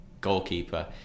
goalkeeper